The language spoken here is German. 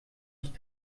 nicht